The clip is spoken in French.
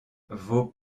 vos